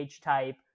type